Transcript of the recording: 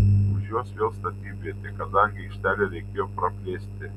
už jos vėl statybvietė kadangi aikštelę reikėjo praplėsti